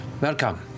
welcome